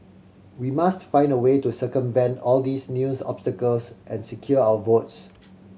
we must find a way to circumvent all these news obstacles and secure our votes